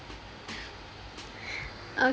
okay